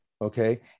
Okay